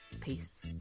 Peace